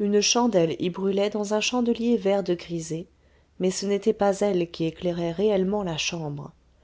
une chandelle y brûlait dans un chandelier vert de grisé mais ce n'était pas elle qui éclairait réellement la chambre